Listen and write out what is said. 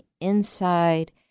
inside